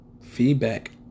feedback